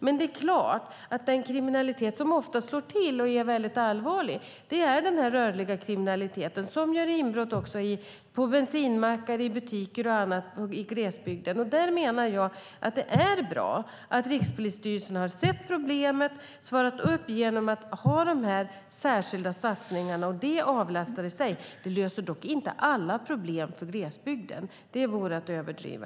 Det är dock klart att den kriminalitet som ofta slår till och är väldigt allvarlig är den rörliga kriminaliteten med inbrott på bensinmackar, i butiker och annat i glesbygden. Där menar jag att det är bra att Rikspolisstyrelsen har sett problemet och svarat upp genom de här särskilda satsningarna, och det avlastar i sig. Det löser dock inte alla problem för glesbygden - det vore att överdriva.